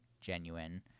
genuine